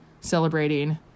celebrating